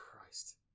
Christ